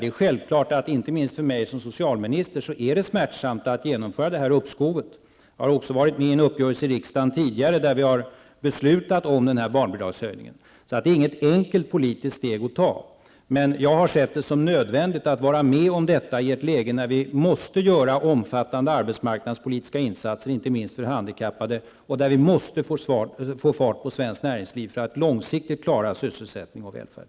Det är självklart att det -- inte minst för mig som socialminister -- är smärtsamt att genomföra detta uppskov. Jag har också varit med i en tidigare uppgörelse i riksdagen där vi har beslutat om denna barnbidragshöjning. Det är alltså inget enkelt politiskt steg att ta, men jag har sett det som nödvändigt att gå med på detta i ett läge när vi måste genomföra omfattande arbetsmarknadspolitiska insatser, inte minst för handikappade, och när vi måste få fart på svenskt näringsliv för att långsiktigt klara sysselsättning och välfärd.